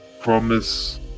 promise